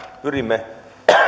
pyrimme